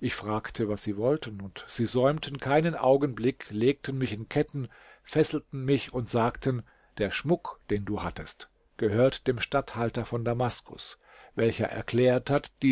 ich fragte was sie wollten und sie säumten keinen augenblick legten mich in ketten fesselten mich und sagten der schmuck den du hattest gehört dem statthalter von damaskus welcher erklärt hat